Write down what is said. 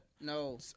no